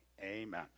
Amen